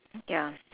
ya